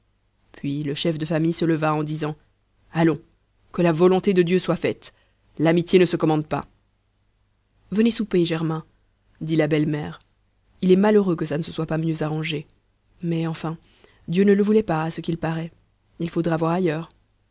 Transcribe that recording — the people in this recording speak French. puis le chef de famille se leva en disant allons que la volonté de dieu soit faite l'amitié ne se commande pas venez souper germain dit la belle-mère il est malheureux que ça ne se soit pas mieux arrangé mais enfin dieu ne le voulait pas à ce qu'il paraît il faudra voir ailleurs